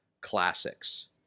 classics